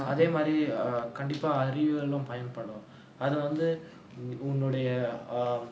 அதேமாரி கண்டிப்பா அறிவியலும் பயன்படும் அது வந்து உன்னுடைய:athaemaari kandippa ariviyalum payanpadum athu vanthu unnudaiya um